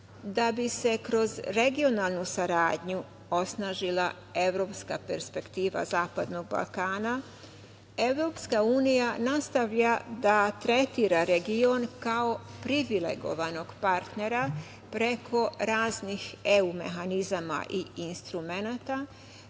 bi se kroz regionalnu saradnju osnažila evropska perspektiva Zapadnog Balkana, Evropska unija nastavlja da tretira region kako privilegovanog partnera preko raznih EU mehanizama i instrumenata,